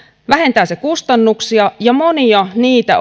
vähentää se kustannuksia ja niitä